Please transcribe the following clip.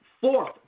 fourth